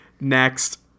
Next